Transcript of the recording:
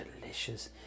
delicious